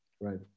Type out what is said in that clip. Right